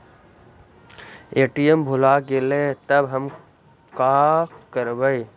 ATM भुला गेलय तब हम काकरवय?